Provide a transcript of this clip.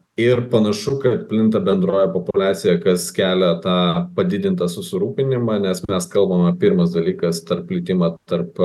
ir panašu kad plinta bendroji populiacija kas kelia tą padidintą susirūpinimą nes mes kalbame pirmas dalykas tarp plitimą tarp